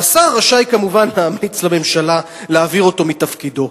והשר רשאי כמובן להמליץ לממשלה להעביר אותו מתפקידו.